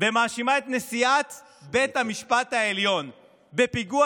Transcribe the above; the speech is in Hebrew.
ומאשימה את נשיאת בית המשפט העליון בפיגוע